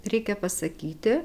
reikia pasakyti